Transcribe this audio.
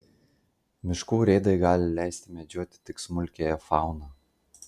miškų urėdai gali leisti medžioti tik smulkiąją fauną